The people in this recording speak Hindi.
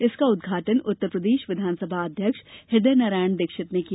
इसका उद्घाटन उत्तरप्रदेश विधानसभा अध्यक्ष हृदय नारायण दीक्षित ने किया